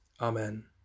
Amen